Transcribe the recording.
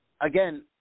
again